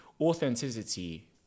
authenticity